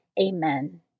Amen